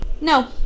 No